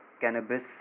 cannabis